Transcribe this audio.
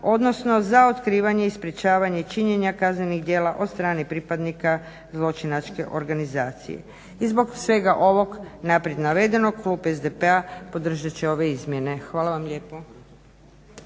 odnosno za otkrivanje i sprječavanje činjenja kaznenih djela od strane pripadnika zločinačke organizacije. I zbog svega ovog naprijed navedenog klub SDP-a podržat će ove izmjene. Hvala vam lijepo.